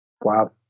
Wow